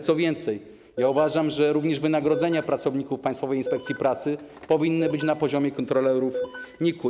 Co więcej, uważam, że również wynagrodzenia pracowników Państwowej Inspekcji Pracy powinny być na poziomie kontrolerów NIK-u.